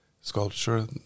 sculpture